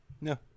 No